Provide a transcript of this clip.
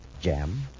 jam